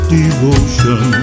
devotion